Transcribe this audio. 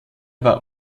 war